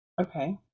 Okay